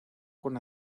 con